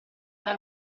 dal